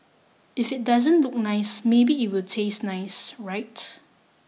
if it doesn't look nice maybe it will taste nice right